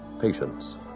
patience